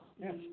Yes